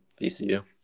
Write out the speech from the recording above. VCU